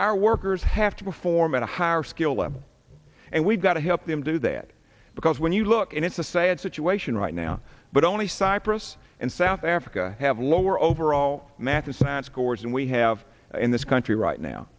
our workers have to perform at a higher skill level and we've got to help them do that because when you look and it's a sad situation right now but only cypress and south africa have lower overall math and sat scores and we have in this country right now